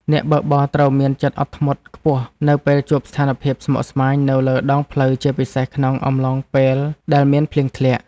អ្នកបើកបរត្រូវមានចិត្តអត់ធ្មត់ខ្ពស់នៅពេលជួបស្ថានភាពស្មុគស្មាញនៅលើដងផ្លូវជាពិសេសក្នុងអំឡុងពេលដែលមានភ្លៀងធ្លាក់។